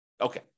Okay